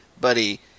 buddy